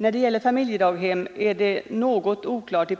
I propositionen är det något oklart